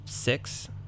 Six